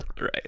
Right